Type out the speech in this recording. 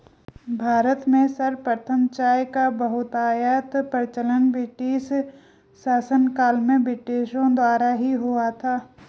भारत में सर्वप्रथम चाय का बहुतायत प्रचलन ब्रिटिश शासनकाल में ब्रिटिशों द्वारा ही हुआ था